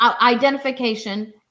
Identification